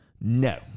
No